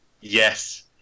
Yes